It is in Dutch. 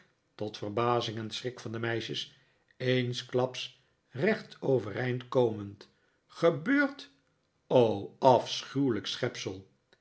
tot verbazing en schrik van de meisjes eensklaps recht overeind komend gebeurd